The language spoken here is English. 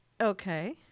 Okay